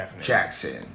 Jackson